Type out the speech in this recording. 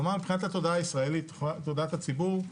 כלומר, מבחינת התודעה הישראלית, תודעת הציבור,